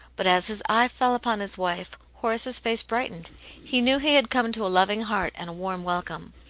but as his eye fell upon his wife, horace's face brightened he knew he had come to a loving heart and a warm welcome.